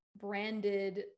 branded